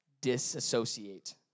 disassociate